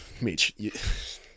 Mitch